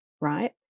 right